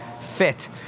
fit